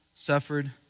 suffered